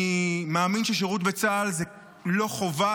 אני מאמין ששירות בצה"ל זה לא חובה,